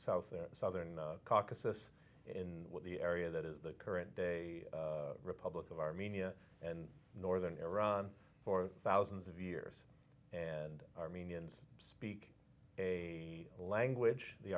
south southern caucasus in the area that is the current day republic of armenia and northern iran for thousands of years and armenians speak a language the